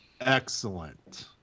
excellent